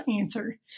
answer